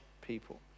people